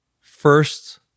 first